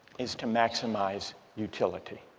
is to maximize utility.